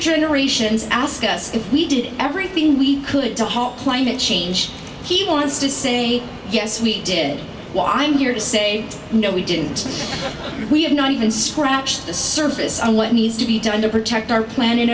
generations ask us if we did everything we could to halt climate change he wants to say yes we did why i'm here to say no we didn't we have not even scratched the surface on what needs to be done to protect our planet